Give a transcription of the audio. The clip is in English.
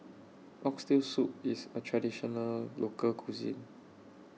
Oxtail Soup IS A Traditional Local Cuisine